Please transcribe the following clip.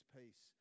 peace